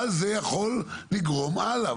אבל זה יכול לגרום הלאה.